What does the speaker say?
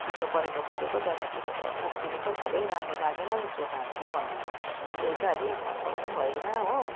चिसो परेको परेको जगाहतिर त उक्किनु पो थाल्यो राम्रो लागेन यो सोफा अब के गर्नु अब ल्याइ त हाले फर्काउनु पनि भएन हो